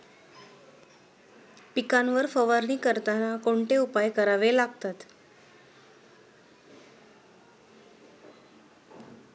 पिकांवर फवारणी करताना कोणते उपाय करावे लागतात?